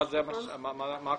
מה הכוונה?